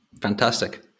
Fantastic